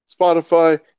Spotify